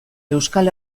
euskal